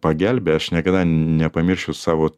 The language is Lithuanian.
pagelbėja aš niekada nepamiršiu savo